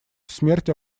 смерть